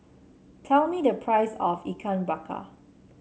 tell me the price of Ikan Bakar